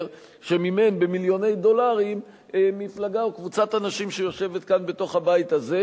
מימן במיליוני דולרים מפלגה או קבוצת אנשים שיושבת כאן בתוך הבית הזה,